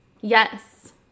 yes